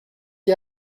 qui